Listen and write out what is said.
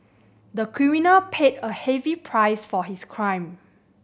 the criminal paid a heavy price for his crime